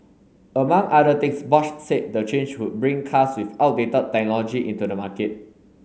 among other things Bosch said the change would bring cars with outdated technology into the market